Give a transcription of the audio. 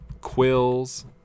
Quills